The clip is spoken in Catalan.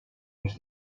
els